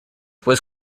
was